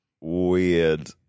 weird